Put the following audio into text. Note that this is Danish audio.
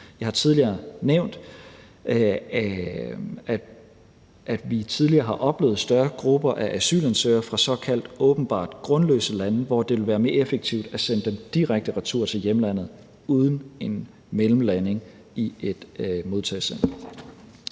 Jeg har tidligere nævnt, at vi tidligere har oplevet større grupper af asylansøgere fra såkaldt åbenbart grundløse lande, hvor det vil være mere effektivt at sende dem direkte retur til hjemlandet uden en mellemlanding i et modtagecenter.